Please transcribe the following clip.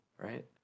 right